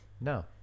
No